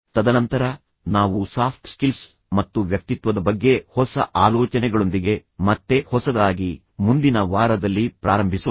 ತದನಂತರ ನಾವು soft skills ಮತ್ತು ವ್ಯಕ್ತಿತ್ವದ ಬಗ್ಗೆ ಹೊಸ ಆಲೋಚನೆಗಳೊಂದಿಗೆ ಮತ್ತೆ ಹೊಸದಾಗಿ ಮುಂದಿನ ವಾರದಲ್ಲಿ ಪ್ರಾರಂಭಿಸೋಣ